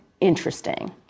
interesting